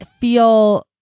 feel